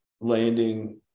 landing